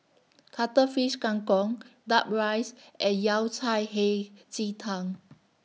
Cuttlefish Kang Kong Duck Rice and Yao Cai Hei Ji Tang